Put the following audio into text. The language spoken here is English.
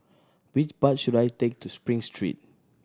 which bus should I take to Spring Street